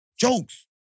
jokes